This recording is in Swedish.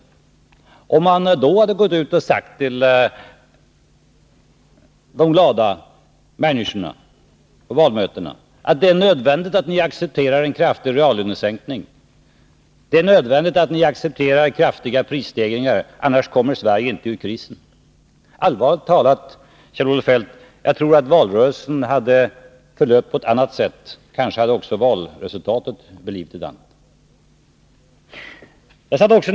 Tänk om socialdemokraterna hade gått ut och sagt till de glada människorna på valmötena att det är nödvändigt att ni accepterar en kraftig reallönesänkning och kraftiga prisstegringar, annars kommer Sverige inte ur krisen! Allvarligt talat tror jag, Kjell-Olof Feldt, att valrörelsen då hade förlöpt på ett annat sätt. Kanske hade också valresultatet blivit ett annat.